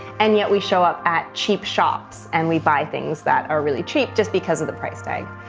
and yet we show up at cheap shops and we buy things that are really cheap just because of the price tag.